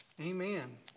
Amen